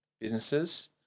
businesses